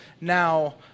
now